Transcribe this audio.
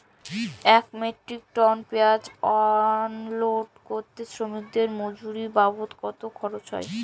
এক metric ton পেঁয়াজ unload করতে শ্রমিকের মজুরি বাবদ কত খরচ হয়?